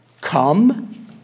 Come